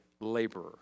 laborer